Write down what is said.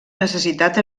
necessitat